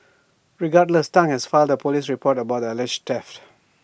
regardless Tang has father polish the report about the alleged theft